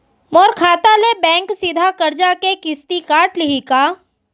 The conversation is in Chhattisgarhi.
मोर खाता ले बैंक सीधा करजा के किस्ती काट लिही का?